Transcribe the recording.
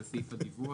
לסעיף הדיווח.